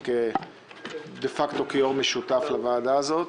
דה פקטו, כיו"ר משותף לוועדה הזאת.